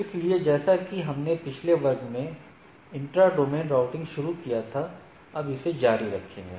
इसलिए जैसा कि हमने पिछले वर्ग में इंट्रा डोमेन राउटिंग शुरू किया था हम इसे जारी रखेंगे